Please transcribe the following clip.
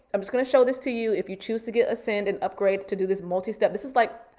i'm just gonna show this to you. if you choose to get ascend and upgrade to do this multi-step, this is like,